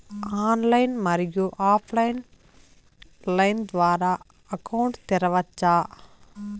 Online, మరియు offline line ద్వారా account తెరవచ్చా?